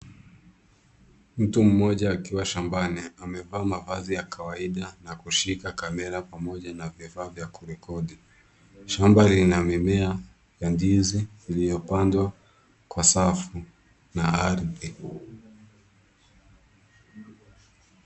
Mtu mmoja aliye shambani amevaa nguo za kawaida na kushika kamera pamoja na vifaa vya kurekodi. Shamba lina mimea ya ndizi iliyopandwa kwa safu na ardhi.